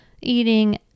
eating